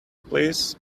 please